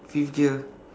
fifth gear